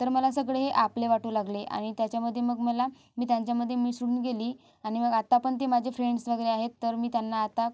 तर मला सगळे आपले वाटू लागले आणि त्याच्यामधे मग मला मी त्यांच्यामधे मिसळून गेली आणि मग आता पण ते माझे फ्रेंडस वगैरे आहेत तर मी त्यांना आता